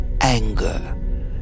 anger